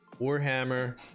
warhammer